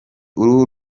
uruhu